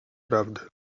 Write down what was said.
prawdy